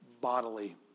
bodily